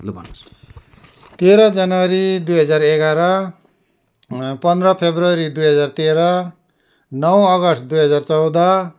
तेह्र जनवरी दुई हजार एघार पन्ध्र फरवरी दुई हजार तेह्र नौ अगस्ट दुई हजार चौध